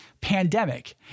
pandemic